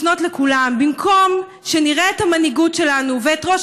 לפנות לכולם: במקום שנראה את המנהיגות שלנו ואת ראש